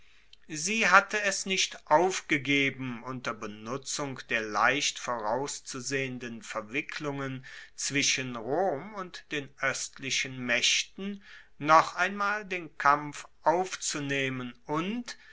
sie hatte es nicht aufgegeben unter benutzung der leicht vorauszusehenden verwicklungen zwischen rom und den oestlichen maechten noch einmal den kampf aufzunehmen und